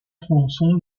tronçons